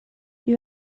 you